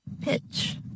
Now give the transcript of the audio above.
Pitch